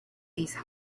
these